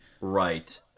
Right